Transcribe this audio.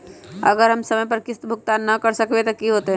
अगर हम समय पर किस्त भुकतान न कर सकवै त की होतै?